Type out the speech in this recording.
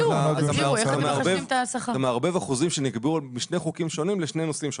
אתה מערבב אחוזים שנקבעו בשני חוקים שונים לשני נושאים שונים.